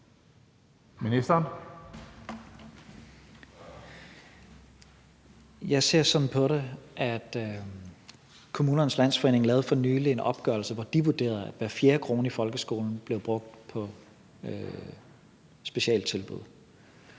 (Mattias Tesfaye): Kommunernes Landsforening lavede for nylig en opgørelse, hvor de vurderede, at hver fjerde krone i folkeskolen blev brugt på specialtilbud,